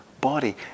body